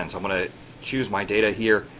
and i'm gonna choose my data here,